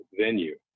venue